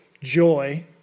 joy